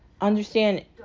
understand